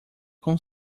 com